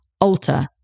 alter